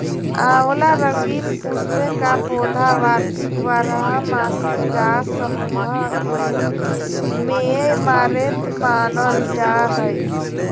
आँवला रंगीन पुष्प का पौधा वार्षिक बारहमासी गाछ सामूह के रूप मेऐमारैंथमानल जा हइ